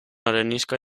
arenisca